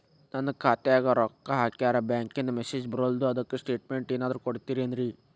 ನನ್ ಖಾತ್ಯಾಗ ರೊಕ್ಕಾ ಹಾಕ್ಯಾರ ಬ್ಯಾಂಕಿಂದ ಮೆಸೇಜ್ ಬರವಲ್ದು ಅದ್ಕ ಸ್ಟೇಟ್ಮೆಂಟ್ ಏನಾದ್ರು ಕೊಡ್ತೇರೆನ್ರಿ?